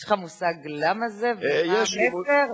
יש לך מושג למה זה ומה המסר?